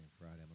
Friday